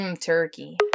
Turkey